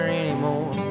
anymore